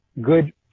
good